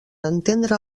entendre